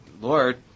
Lord